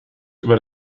über